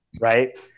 Right